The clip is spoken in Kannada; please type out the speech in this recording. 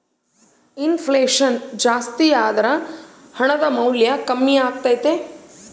ಇನ್ ಫ್ಲೆಷನ್ ಜಾಸ್ತಿಯಾದರ ಹಣದ ಮೌಲ್ಯ ಕಮ್ಮಿಯಾಗತೈತೆ